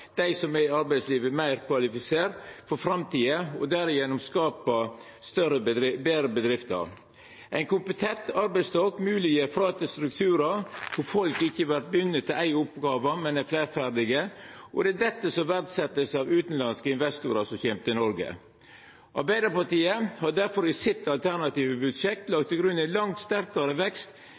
dei som er i arbeidslivet, meir kvalifiserte for framtida og derigjennom skapa betre bedrifter. Ein kompetent arbeidsstokk mogleggjer flate strukturar der folk ikkje er bundne til éi oppgåve, men til fleire. Det er dette som vert verdsett av utanlandske investorar som kjem til Noreg. Arbeidarpartiet har difor i sitt alternative budsjett lagt til grunn ein langt sterkare vekst